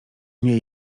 nie